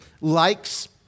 likes